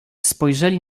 spojrzeli